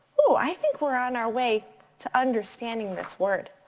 oh, i think we're on our way to understanding this word.